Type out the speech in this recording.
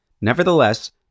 Nevertheless